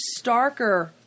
starker